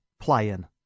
Playing